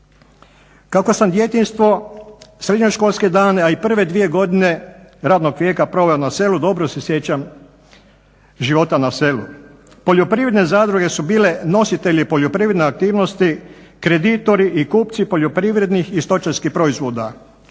Kako sam djetinjstvo, srednjoškolske dane, a i prve dvije godine radnog vijeka proveo na selu dobro se sjećam života na selu. Poljoprivredne zadruge su bile nositelji poljoprivredne aktivnosti, kreditori i kupci poljoprivrednih i stočarskih proizvoda.